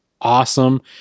awesome